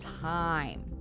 time